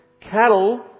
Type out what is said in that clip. Cattle